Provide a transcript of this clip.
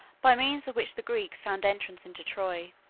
by means of which the greeks found entrance into troy.